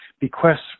bequests